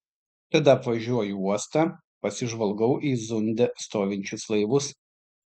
tada apvažiuoju uostą pasižvalgau į zunde stovinčius laivus